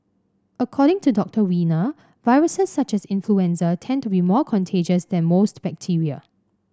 according to Doctor Wiener viruses such as influenza tend to be more contagious than most bacteria